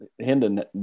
Hendon